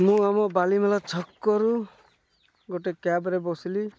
ମୁଁ ଆମ ବାଲିମେଳା ଛକରୁ ଗୋଟେ କ୍ୟାବ୍ରେ ବସିଲି